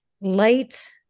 light